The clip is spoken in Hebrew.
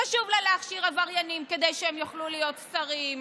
חשוב לה להכשיר עבריינים כדי שהם יוכלו להיות שרים,